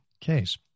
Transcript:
case